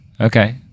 okay